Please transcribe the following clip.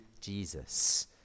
Jesus